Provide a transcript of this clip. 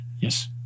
Yes